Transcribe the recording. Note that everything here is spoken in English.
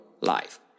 life